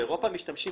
באירופה משתמשים